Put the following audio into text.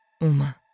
Uma